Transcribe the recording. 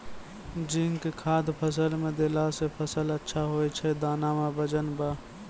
zinc खाद फ़सल मे देला से फ़सल अच्छा होय छै दाना मे वजन ब